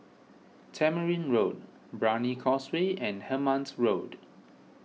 Tamarind Road Brani Causeway and Hemmant Road